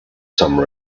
some